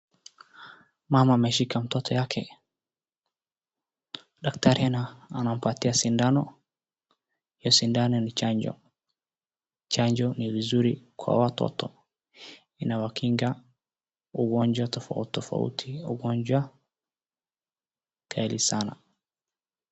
Mama ameshika mtoto yake. Daktari anampatia sindano hiyo sindano ni chanjo. Chanjo ni mzuri kwa watoto inawakinga ugonjwa tofauti tofauti ugonjwa hatari sana.